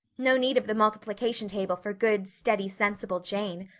no need of the multiplication table for good, steady, sensible jane!